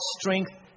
strength